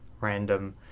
random